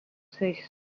ces